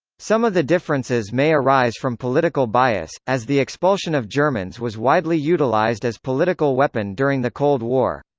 some of the differences may arise from political bias, as the expulsion of germans was widely utilized as political weapon during the cold war.